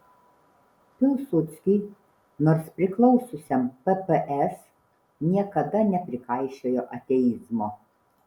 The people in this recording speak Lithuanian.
pilsudskiui nors priklausiusiam pps niekada neprikaišiojo ateizmo